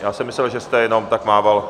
Já jsem myslel, že jste jenom tak mával...